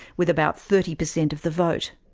with about thirty percent of the vote.